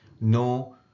No